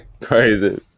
Crazy